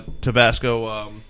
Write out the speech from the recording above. Tabasco